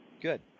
Good